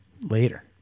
Later